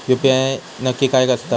UPI नक्की काय आसता?